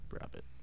Rabbit